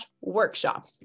workshop